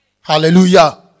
Hallelujah